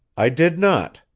i did not,